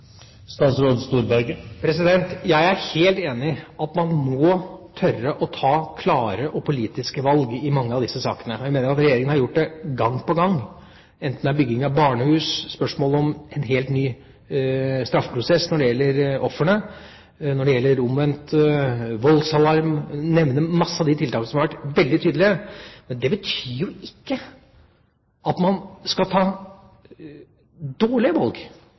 Jeg er helt enig i at man må tørre å ta klare politiske valg i mange av disse sakene. Jeg mener at Regjeringa har gjort det gang på gang, enten det er bygging av barnehus, spørsmål om en helt ny straffeprosess når det gjelder ofrene, eller omvendt voldsalarm – jeg kan nevne mange av de tiltakene hvor vi har vært veldig tydelige. Men det betyr jo ikke at man skal ta dårlige valg